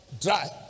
dry